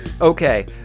okay